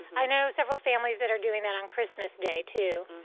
i know several families that are doing that on christmas day, too,